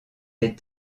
les